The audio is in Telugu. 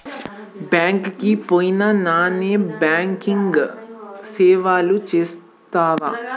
బ్యాంక్ కి పోయిన నాన్ బ్యాంకింగ్ సేవలు చేస్తరా?